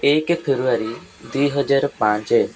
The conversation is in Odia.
ଏକ ଫେବୃଆରୀ ଦୁଇହଜାର ପାଞ୍ଚ